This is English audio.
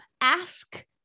ask